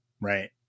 right